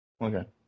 Okay